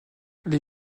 les